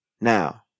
Now